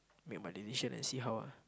make my decision and see how ah